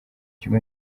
kigo